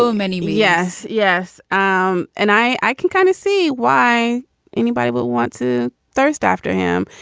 so many. yes. yes um and i i can kind of see why anybody would want to thirst after him,